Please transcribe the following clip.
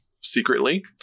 secretly